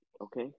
Okay